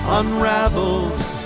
unraveled